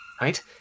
right